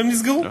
והם נסגרו,